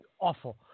awful